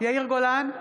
יאיר גולן,